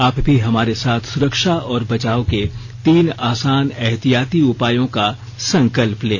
आप भी हमारे साथ सुरक्षा और बचाव के तीन आसान एहतियाती उपायों का संकल्प लें